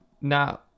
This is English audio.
Now